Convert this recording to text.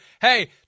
Hey